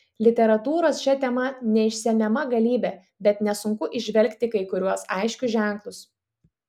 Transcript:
literatūros šia tema neišsemiama galybė bet nesunku įžvelgti kai kuriuos aiškius ženklus